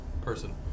person